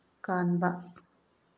ꯀꯥꯟꯕ